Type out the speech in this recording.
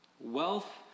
wealth